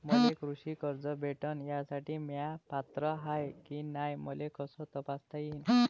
मले कृषी कर्ज भेटन यासाठी म्या पात्र हाय की नाय मले कस तपासता येईन?